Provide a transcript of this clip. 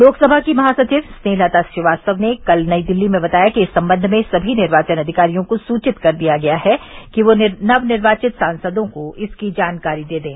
लोकसभा की महासचिव स्नेहलता श्रीवास्तव ने कल नई दिल्ली में बताया कि इस संबंध में सभी निर्वाचन अधिकारियों को सूचित कर दिया गया है कि वे नवनिर्वाचित सांसदों को इसकी जानकारी दे दें